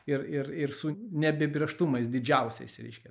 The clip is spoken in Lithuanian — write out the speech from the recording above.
ir ir ir su neapibrėžtumais didžiausiais reiškia